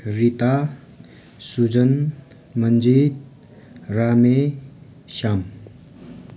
Rita Sujan Manjit Rame Shyam